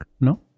No